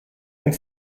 and